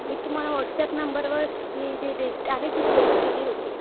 मी तुम्हाला वॉट्सऍप नंबरवर ती जी लिस्ट आहे ती सेंड केली होती